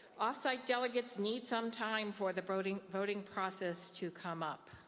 off-site delegates need some time for the voting voting process to come up.